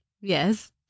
Yes